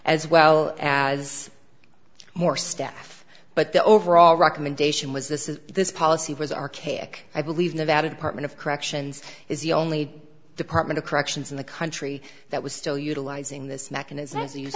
as well as more staff but the overall recommendation was this is this policy was archaic i believe nevada department of corrections is the only department of corrections in the country that was still utilizing this mechanism